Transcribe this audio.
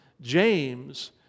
James